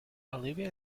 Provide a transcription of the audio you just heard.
olivia